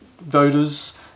voters